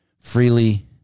freely